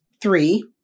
Three